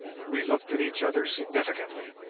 we looked at each other significantly.